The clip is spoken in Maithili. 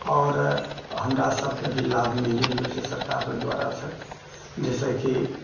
आओर हमरा सभके भी लाभ मिलि रहलऽ छै सरकार द्वारा से जइसे कि